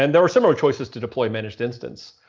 and there were several choices to deploy managed instance.